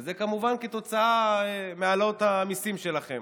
וזה כמובן כתוצאה מהעלאות המיסים שלכם.